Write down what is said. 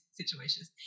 situations